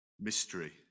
mystery